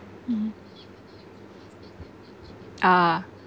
mmhmm ah